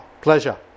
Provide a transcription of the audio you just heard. pleasure